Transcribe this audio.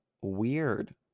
weird